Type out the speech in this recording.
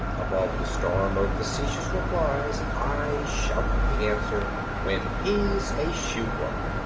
above the storm of facetious replies i shout the answer when he's a shoe clerk.